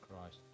Christ